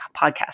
podcast